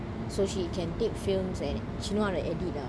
so she can take films and she know how to edit lah